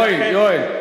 יואל, יואל.